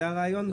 זה הרעיון?